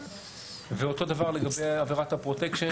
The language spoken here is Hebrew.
ואותו דבר לגבי עבירת הפרוטקשן.